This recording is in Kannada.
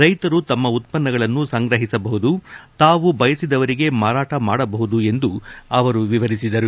ರೈತರು ತಮ್ಮ ಉತ್ಪನ್ನಗಳನ್ನು ಸಂಗ್ರಹಿಸಬಹುದು ತಾವು ಬಯಸಿದವರಿಗೆ ಮಾರಾಟ ಮಾಡಬಹುದು ಎಂದು ಅವರು ವಿವರಿಸಿದರು